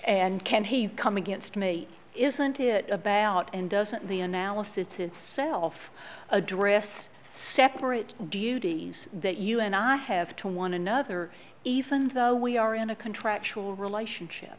can he come against me isn't it about and doesn't the analysis to self adrift separate duty that you and i have to one another even though we are in a contractual relationship